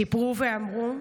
סיפרו ואמרו,